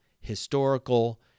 historical